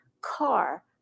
car